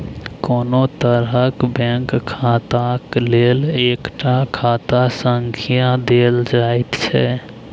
कोनो तरहक बैंक खाताक लेल एकटा खाता संख्या देल जाइत छै